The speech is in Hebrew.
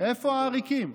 איפה העריקים?